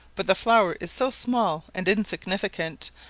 but the flower is so small and insignificant,